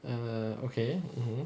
ah okay mmhmm